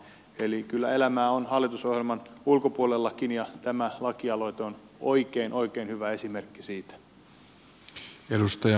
eli kyllä elämää on hallitusohjelman ulkopuolellakin ja tämä lakialoite on oikein oikein hyvä esimerkki siitä